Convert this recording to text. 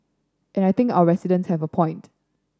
and I think our residents have a point